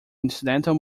incidental